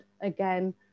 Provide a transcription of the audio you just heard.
again